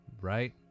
Right